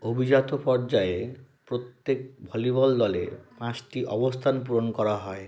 অভিজাত পর্যায়ে প্রত্যেক ভলিবল দলের পাঁচটি অবস্থান পূরণ করা হয়